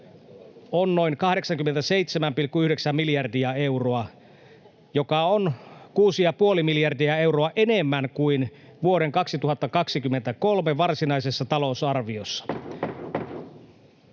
on noin 87,9 miljardia euroa, mikä on 6,5 miljardia euroa enemmän kuin vuoden 2023 varsinaisessa talousarviossa.